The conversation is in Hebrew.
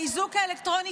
והאיזוק האלקטרוני,